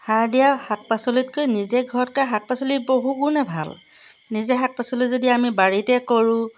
সাৰ দিয়া শাক পাচলিতকৈ নিজে ঘৰতকৈ শাক পাচলি বহু গুণে ভাল নিজে শাক পাচলি যদি আমি বাৰীতে কৰোঁ